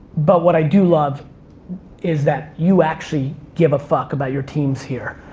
but what i do love is that you actually give a fuck about your teams here,